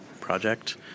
project